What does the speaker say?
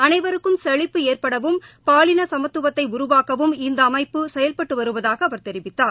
அனைவருக்கும் செழிப்பு ஏற்படவும் பாலின சமத்துவத்தை உருவாக்கவும் இந்த அமைப்பு செயல்பட்டு வருவதாகவும் அவர் தெரிவித்தார்